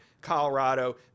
Colorado